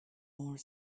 more